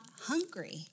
hungry